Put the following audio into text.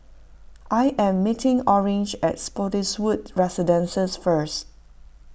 I am meeting Orange at Spottiswoode Residences first